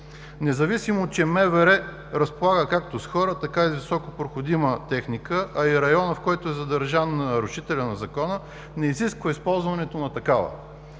независимо че МВР разполага както с хора, така и с високопроходима техника, а и районът, в който е задържан нарушителят на Закона, не изисква използването на такава.